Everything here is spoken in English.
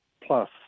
plus